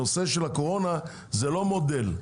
הנושא של הקורונה זה לא מודל,